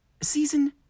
season